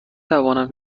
توانم